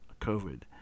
COVID